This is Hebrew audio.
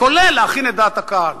כולל להכין את דעת הקהל.